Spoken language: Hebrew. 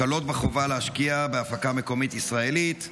הקלות בחובה להשקיע בהפקה מקומית ישראלית,